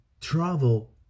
travel